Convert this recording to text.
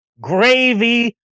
gravy